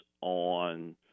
on